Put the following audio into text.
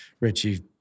Richie